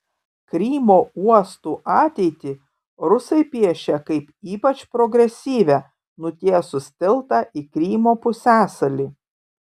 krymo uostų ateitį rusai piešia kaip ypač progresyvią nutiesus tiltą į krymo pusiasalį